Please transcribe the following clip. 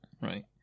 Right